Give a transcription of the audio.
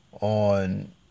on